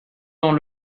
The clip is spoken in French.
dans